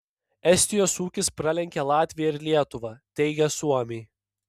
estijos ūkis pralenkia latviją ir lietuvą teigia suomiai